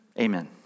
Amen